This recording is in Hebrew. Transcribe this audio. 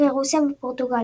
אחרי רוסיה ופורטוגל.